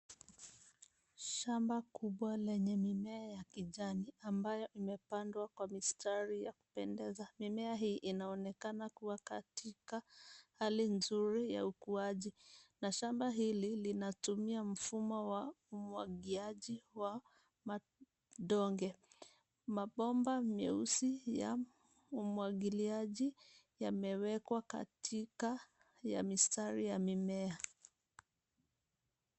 Shamba kubwa lenye mimea ya kijani ambayo imepandwa kwa mistari ya kupendeza. Mimea hii inaonekana kuwa katika hali nzuri ya ukuaji na shamba hili lina tumia mfumo wa umwagiaji wa madonge. Mabomba meusi ya umwagiliaji yamewekwa katika ya mistari ya mimea.